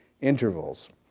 intervals